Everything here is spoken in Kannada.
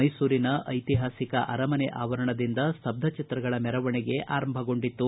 ಮೈಸೂರಿನ ಐತಿಹಾಸಿಕ ಅರಮನೆ ಅವರಣದಿಂದ ಸ್ಥಬ್ದ ಚಿತ್ರಗಳ ಮೆರವಣಿಗೆ ಆರಂಭಗೊಂಡಿತು